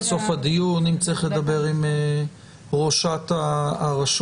סוף הדיון אם צריך לדבר עם ראשת הרשות,